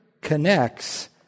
connects